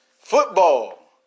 Football